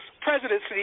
presidency